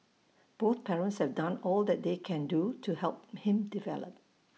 both parents have done all that they can do to help him develop